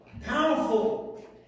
Powerful